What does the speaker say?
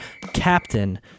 Captain